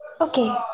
okay